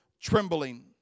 trembling